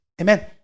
Amen